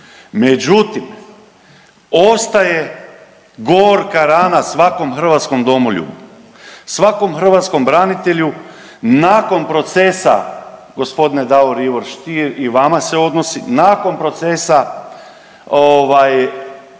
Međutim, ostaje gorka rana svakom hrvatskom domoljubu, svakom hrvatskom branitelju nakon procesa, gospodine Davor Ivo Stier i vama se odnosi, nakon procesa ovaj